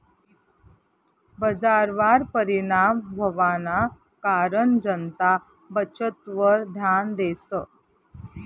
बजारवर परिणाम व्हवाना कारण जनता बचतवर ध्यान देस